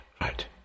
Right